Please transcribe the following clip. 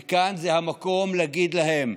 וכאן זה המקום להגיד להם: